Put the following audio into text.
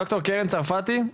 דוקטור קרן צרפתי,